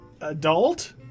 adult